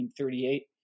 1938